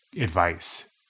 advice